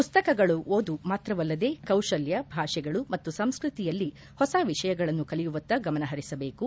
ಮಸ್ತಕಗಳ ಓದು ಮಾತ್ರವಲ್ಲದೇ ಕೌಶಲ್ಯ ಭಾಷೆಗಳು ಮತ್ತು ಸಂಸ್ಕೃತಿಯಲ್ಲಿ ಹೊಸ ವಿಷಯಗಳನ್ನು ಕಲಿಯುವತ್ತ ಗಮನ ಪರಿಸಬೇಕು